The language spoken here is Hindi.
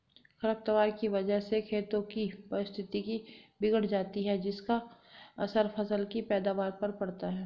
खरपतवार की वजह से खेतों की पारिस्थितिकी बिगड़ जाती है जिसका असर फसल की पैदावार पर पड़ता है